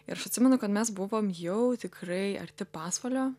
ir aš atsimenu kad mes buvom jau tikrai arti pasvalio